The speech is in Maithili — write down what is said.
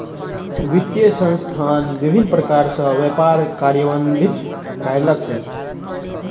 वित्तीय संस्थान विभिन्न प्रकार सॅ व्यापार कार्यान्वित कयलक